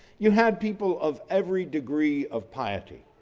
you have people of every degree of piety.